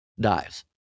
dies